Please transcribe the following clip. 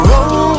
Roll